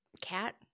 cat